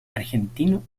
argentino